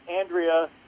Andrea